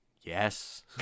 yes